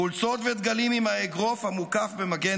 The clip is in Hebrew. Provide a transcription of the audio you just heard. חולצות ודגלים עם האגרוף המוקף במגן